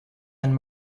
ein